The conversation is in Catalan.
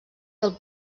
del